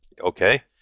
okay